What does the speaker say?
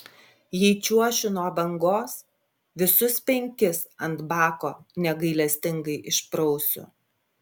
jei čiuošiu nuo bangos visus penkis ant bako negailestingai išprausiu